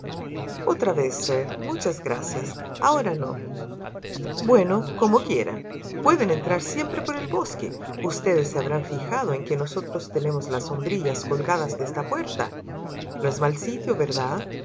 otra vez sir muchas gracias ahora no bueno como quieran pueden entrar siempre por el bosque ustedes se habrán fijado en que nosotros tenemos las sombrillas colgadas de esta puerta no es mal sitio verdad